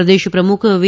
પ્રદેશ પ્રમુખ વી